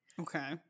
okay